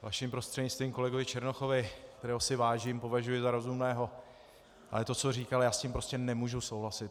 Vaším prostřednictvím kolegovi Černochovi, kterého si vážím, považuji za rozumného, ale to, co říkal, s tím prostě nemůžu souhlasit.